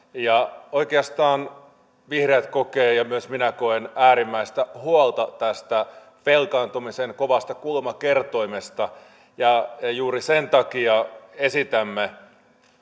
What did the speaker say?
oikeastaan vihreät kokee ja myös minä koen äärimmäistä huolta tästä velkaantumisen kovasta kulmakertoimesta ja juuri sen takia esitämme